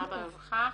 ממשרד הרווחה.